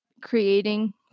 creating